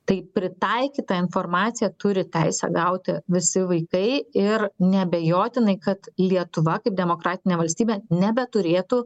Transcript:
tai pritaikytą informaciją turi teisę gauti visi vaikai ir neabejotinai kad lietuva kaip demokratinė valstybė nebeturėtų